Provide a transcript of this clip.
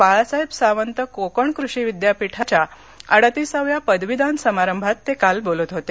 बाळासाहेब सावंत कोकण कृषी विद्यापीठाच्या अडतिसाव्या पदवीदान समारंभात ते काल बोलत होते